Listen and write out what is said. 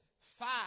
five